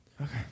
Okay